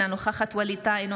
אינה נוכחת ווליד טאהא,